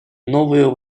новую